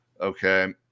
okay